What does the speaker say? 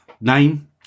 name